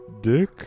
Dick